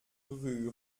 rue